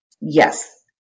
yes